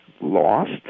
lost